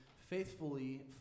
faithfully